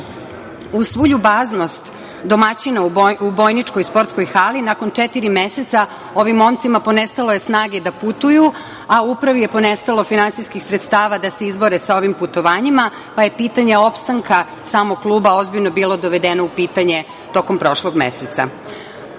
svu ljubaznost domaćina u Bojničkoj sportskoj hali nakon četiri meseca ovi momcima ponestalo je snage da putuju, a upravi je ponestalo finansijskih sredstava da se izbore sa ovim putovanjima, pa je pitanje opstanka samog kluba ozbiljno bilo dovedeno u pitanje tokom prošlog meseca. Samom